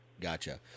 Gotcha